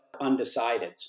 undecideds